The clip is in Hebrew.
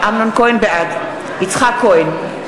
בעד יצחק כהן,